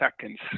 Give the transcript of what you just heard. seconds